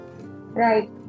Right